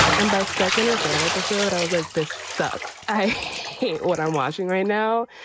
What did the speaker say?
and by second or third episode i was like, this sucks. i hate what our watching right now.